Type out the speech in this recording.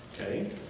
Okay